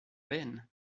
ven